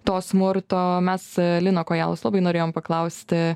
to smurto mes lino kojalos labai norėjom paklausti